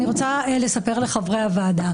אני רוצה לספר לחברי הוועדה,